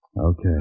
Okay